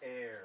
air